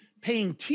paying